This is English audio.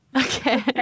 Okay